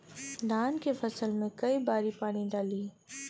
धान के फसल मे कई बारी पानी डाली?